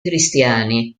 cristiani